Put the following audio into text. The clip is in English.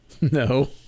No